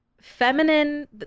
feminine